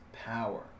power